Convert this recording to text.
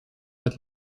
but